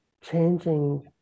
changing